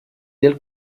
del